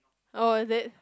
oh is it